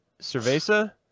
cerveza